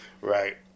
Right